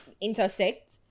intersect